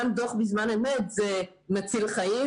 גם דוח בזמן אמת זה מציל חיים.